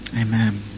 amen